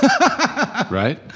Right